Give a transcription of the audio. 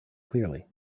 clearly